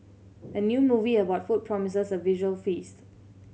the new movie about food promises a visual feast